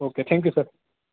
okay thank you sir